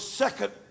second